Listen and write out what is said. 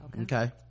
Okay